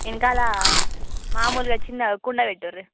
వెనకాల మాములుగా చిన్నగా కుండ పెటండి